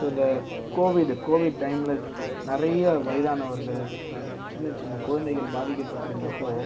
so இந்த Covid Covid டைமில் ச நிறைய வயதானவர்கள் சின்ன சின்ன குழந்தைகள் பாதிக்கப்பட்டு இருந்தப்போது